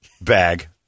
bag